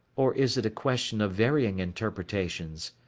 or is it a question of varying interpretations?